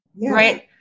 right